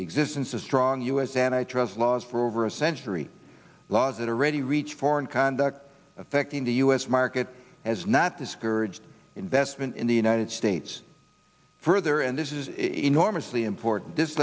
existence of strong u s and i trust laws for over a century laws that are ready to reach for and conduct affecting the u s market has not discouraged investment in the united states further and this is enormously important this